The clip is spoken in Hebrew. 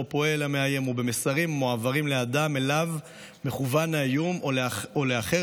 פועל המאיים או במסרים המועברים לאדם שאליו מכוון האיום או לאחר